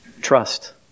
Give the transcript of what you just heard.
trust